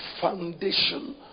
foundation